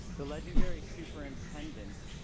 the legendary superintendent